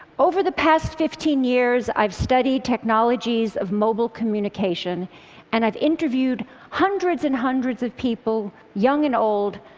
over the past fifteen years, i've studied technologies of mobile communication and i've interviewed hundreds and hundreds of people, young and old,